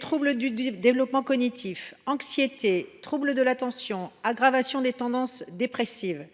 troubles du développement cognitif, anxiété, troubles de l’attention, aggravation des tendances dépressives,